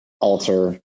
alter